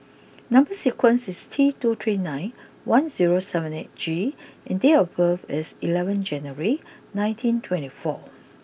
number sequence is T two three nine one zero seven eight G and date of birth is eleven January nineteen twenty four